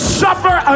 suffer